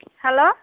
hello